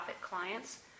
clients